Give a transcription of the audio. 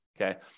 okay